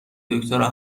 دکترا